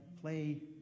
play